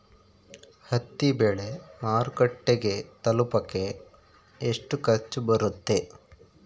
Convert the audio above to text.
ಹತ್ತಿ ಬೆಳೆ ಮಾರುಕಟ್ಟೆಗೆ ತಲುಪಕೆ ಎಷ್ಟು ಖರ್ಚು ಬರುತ್ತೆ?